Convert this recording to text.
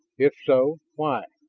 if so, why?